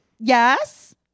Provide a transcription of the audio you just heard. Yes